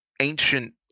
ancient